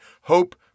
Hope